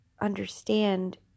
understand